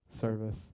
service